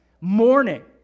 Mourning